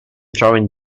drawing